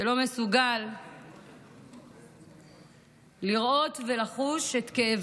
שלא מסוגל לראות ולחוש את כאבם